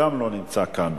גם לא נמצא כאן.